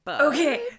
Okay